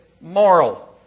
moral